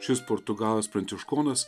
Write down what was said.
šis portugalas pranciškonas